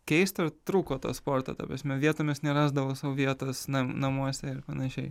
keista trūko to sporto ta prasme vietomis nerasdavau sau vietos na namuose panašiai